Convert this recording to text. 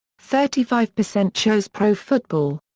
thirty five percent chose pro football.